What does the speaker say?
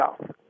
South